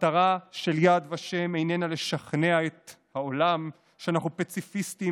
המטרה של יד ושם איננה לשכנע את העולם שאנחנו פציפיסטים,